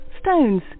stones